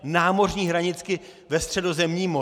Námořní hranici ve Středozemním moři?